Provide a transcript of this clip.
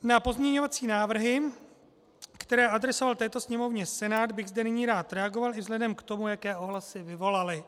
Na pozměňovací návrhy, které adresoval této Sněmovně Senát, bych zde nyní rád reagoval i vzhledem k tomu, jaké ohlasy vyvolaly.